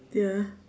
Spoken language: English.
ya